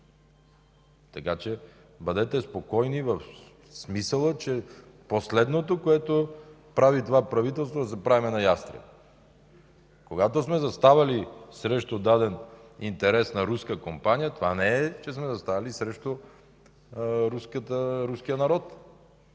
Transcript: Така че бъдете спокойни в смисъла, че последното, което прави това правителство, е да се правим на ястреби. Когато сме заставали срещу даден интерес на руска компания, това не е, че сме заставали срещу руския народ.